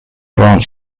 grant